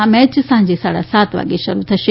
આ મેચ સાંજે સાડા સાત વાગે શરૂ થશે